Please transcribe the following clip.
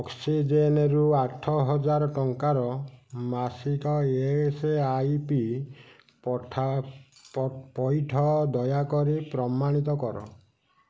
ଅକ୍ସିଜେନ୍ରୁ ଆଠ ହଜାର ଟଙ୍କାର ମାସିକ ଏସ୍ ଆଇ ପି ପଇଠ ଦୟାକରି ପ୍ରମାଣିତ କର